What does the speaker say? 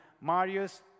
Marius